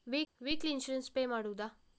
Weekly insurance pay ಮಾಡುವುದ?